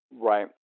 Right